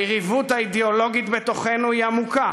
היריבות האידיאולוגית בתוכנו היא עמוקה,